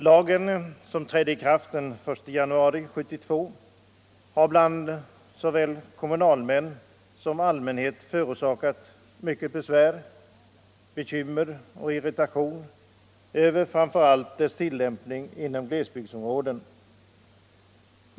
Lagen, som trädde i kraft den 1 januari 1972, har bland såväl kommunalmän som allmänhet förorsakat mycket besvär, bekymmer och irritation över framför allt dess tillämpning inom glesbygdsområden.